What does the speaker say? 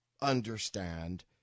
understand